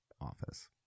office